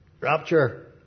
Rapture